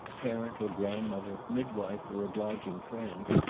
parent or grandmother, midwife or obliging friend,